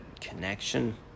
connection